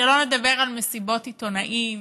שלא נדבר על מסיבות עיתונאים,